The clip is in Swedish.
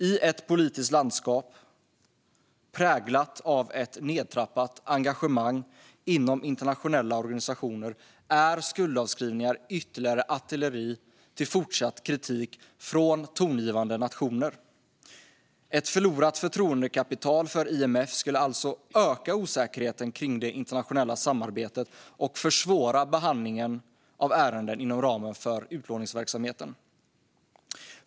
I ett politiskt landskap präglat av ett nedtrappat engagemang inom internationella organisationer är skuldavskrivningar ytterligare artilleri till fortsatt kritik från tongivande nationer. Ett förlorat förtroendekapital för IMF skulle alltså öka osäkerheten kring det internationella samarbetet och försvåra behandlingen av ärenden inom ramen för utlåningsverksamheten.